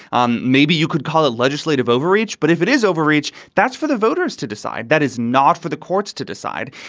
um maybe you could call it legislative overreach. but if it is overreach, that's for the voters to decide. that is not for the courts to decide.